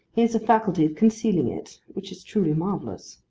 he has a faculty of concealing it which is truly marvellous.